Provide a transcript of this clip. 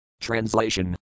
Translation